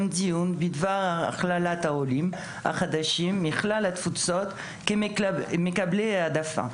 דיון בדבר הכללת העולים החדשים מכלל התפוצות כמקבלי העדפה,